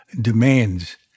demands